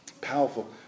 Powerful